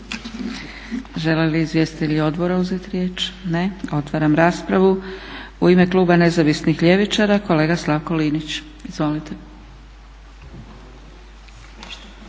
Žele li izvjestitelji odbora uzeti riječ? Ne. Otvaram raspravu. U ime Kluba nezavisnih ljevičara kolega Slavko Linić. Izvolite.